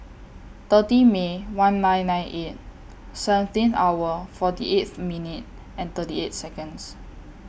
thirty May one nine eight eight seventeen hour forty eighth minutes thirty eighth Seconds